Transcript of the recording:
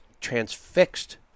transfixed